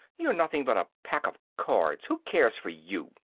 you're nothing but a pack of cards! who cares for you?